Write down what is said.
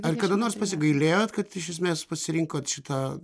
ar kada nors pasigailėjot kad iš esmės pasirinkot šitą